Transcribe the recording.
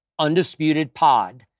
undisputedpod